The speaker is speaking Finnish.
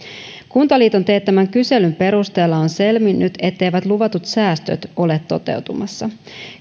kuntaliiton teettämän kyselyn perusteella on selvinnyt etteivät luvatut säästöt ole toteutumassa